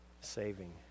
saving